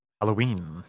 Halloween